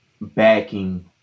backing